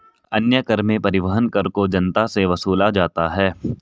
अन्य कर में परिवहन कर को जनता से वसूला जाता है